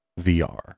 VR